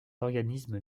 organismes